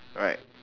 right